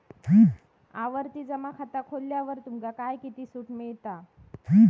आवर्ती जमा खाता खोलल्यावर तुमका काय किती सूट मिळता?